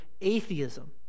atheism